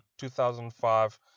2005